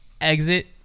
exit